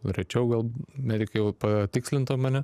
rečiau gal medikai patikslintų mane